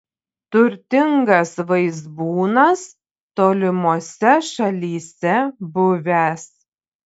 turtingas vaizbūnas tolimose šalyse buvęs